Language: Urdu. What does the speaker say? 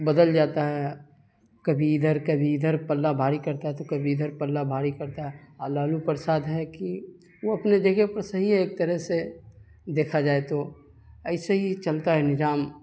بدل جاتا ہے کبھی ادھر کبھی ادھر پلہ بھاری کرتا ہے تو کبھی ادھر پلہ بھاری کرتا ہے اور لالو پرساد ہے کہ وہ اپنے جگہ پر صحیح ہے ایک طرح سے دیکھا جائے تو ایسے ہی چلتا ہے نظام